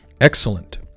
Excellent